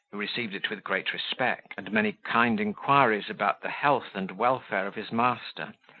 who received it with great respect, and many kind inquiries about the health and welfare of his master,